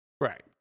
Right